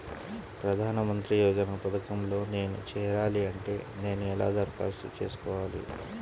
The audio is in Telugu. ప్రధాన మంత్రి యోజన పథకంలో నేను చేరాలి అంటే నేను ఎలా దరఖాస్తు చేసుకోవాలి?